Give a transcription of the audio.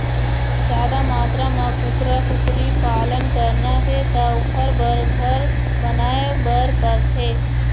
जादा मातरा म कुकरा, कुकरी पालन करना हे त ओखर बर घर बनाए बर परथे